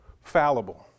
fallible